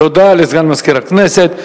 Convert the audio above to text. תודה לסגן מזכיר הכנסת.